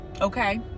Okay